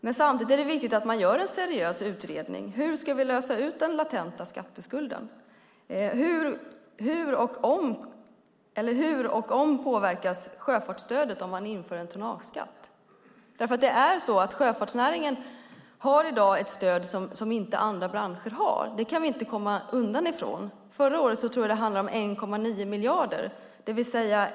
Men samtidigt är det viktigt att man gör en seriös utredning. Hur ska vi lösa frågan om den latenta skatteskulden? Hur påverkas sjöfartsstödet om man inför en tonnageskatt? Sjöfartsnäringen har i dag ett stöd som inte andra branscher har. Det kan vi inte komma undan. Förra året tror jag att det handlade om 1,9 miljarder.